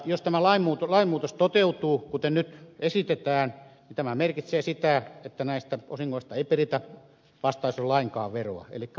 jos tämä lainmuutos toteutuu kuten nyt esitetään tämä merkitsee sitä että näistä osingoista ei peritä vastaisuudessa lainkaan veroa elikkä vapautetaan verosta